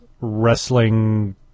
wrestling